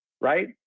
right